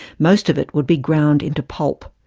most of it would be ground into pulp.